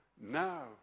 now